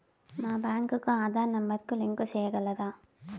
మా బ్యాంకు కు ఆధార్ నెంబర్ కు లింకు సేయగలరా?